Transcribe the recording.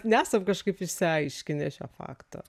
nesam kažkaip išsiaiškinę šio fakto